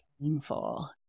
painful